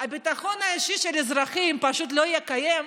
הביטחון האישי של האזרחים פשוט לא יהיה קיים,